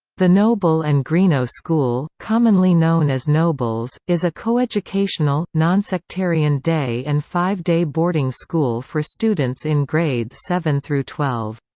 the noble and greenough school, commonly known as nobles, is a coeducational, nonsectarian day and five-day boarding school for students in grades seven through twelve.